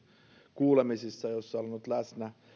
kuulemisissa joissa olen ollut läsnä